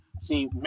See